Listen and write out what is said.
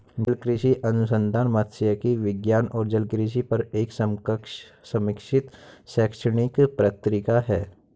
जलकृषि अनुसंधान मात्स्यिकी विज्ञान और जलकृषि पर एक समकक्ष समीक्षित शैक्षणिक पत्रिका है